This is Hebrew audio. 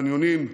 קניונים,